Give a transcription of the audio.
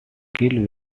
killed